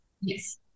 Yes